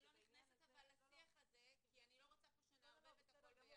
אני לא נכנסת לשיח הזה כי אני לא רוצה פה שנערבב את הכול ביחד.